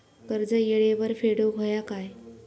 कर्ज येळेवर फेडूक होया काय?